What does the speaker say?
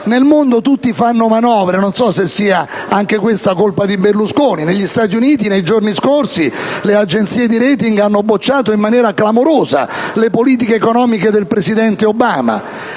Nel mondo tutti fanno manovre; non so se sia anche questa colpa di Berlusconi. Negli Stati Uniti, nei giorni scorsi, le agenzie di *rating* hanno bocciato in maniera clamorosa le politiche economiche del presidente Obama